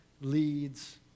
leads